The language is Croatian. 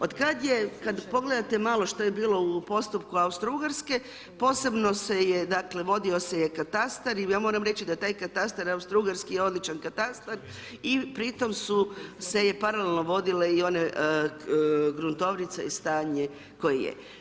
Od kad je, kad pogledate malo što je bilo u postupku Austro-Ugarske, posebno se je, dakle, vodio se je katastar, i ja moram reći da taj katastar, Austro-Ugarski, je odličan katastar i pri tom su, se je paralelno vodile i onaj gruntovnice i stanje koje je.